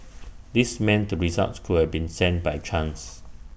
this meant the results could have been send by chance